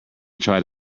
tried